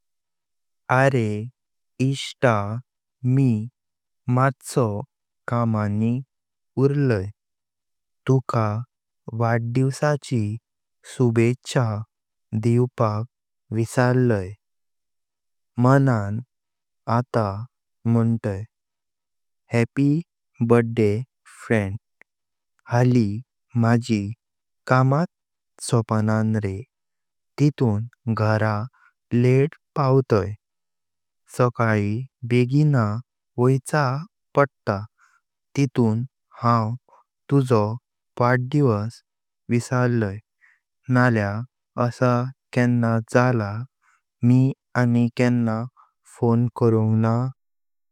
अरे इष्ट मि मत्सो कमानी उर्लई, तुका वड्डीवसाची शुभेच्छा दिवपाक विसरलई। मनन आता मुनताई हैप्पी बर्थडे फ्रेंड। हाळी माझी कामत सोपनां रे तितून घरां लेट पावतां सकाली बेगीं वैचो पडता तितून हांव तुझो वड्डीवस विसरलई नालय आसा किण्णा जाला मि आनी किण्णा फोन करुंग।